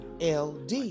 LD